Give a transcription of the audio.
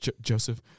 Joseph